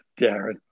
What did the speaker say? Darren